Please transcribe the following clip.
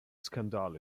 skandal